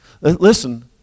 Listen